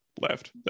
left